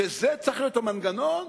שזה צריך להיות המנגנון?